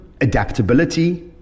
adaptability